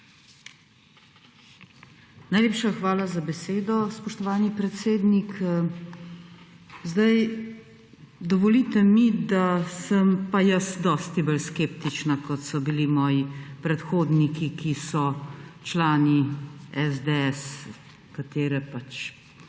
Najlepša hvala za besedo, spoštovani predsednik. Dovolite mi, da sem pa jaz dosti bolj skeptična, kot so bili moji predhodniki, ki so člani SDS, katere pač